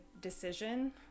decision